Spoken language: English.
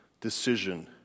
decision